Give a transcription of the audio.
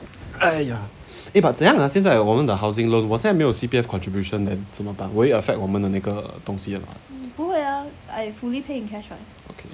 !aiya! eh but 怎样 ah 现在我们的 housing loan 我现在没有 cpf contribution then 怎么办 will it affect 我们的那个东西 a not okay